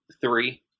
three